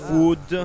Food